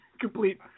complete